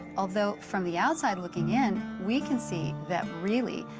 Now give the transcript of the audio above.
although from the outside looking in, we can see that, really,